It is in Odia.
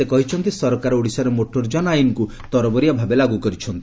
ସେ କହିଛନ୍ତି ସରକାର ଓଡ଼ିଶାରେ ମୋଟରଯାନ ଆଇନକୁ ତରବରିଆ ଭାବେ ଲାଗୁ କରିଛନ୍ତି